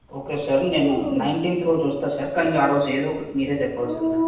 okay sir నేను nineteenth రోజు వస్తాను సార్ కానీ ఆరోజు ఏదోకటి మీరే చెప్పాలి సార్ మరి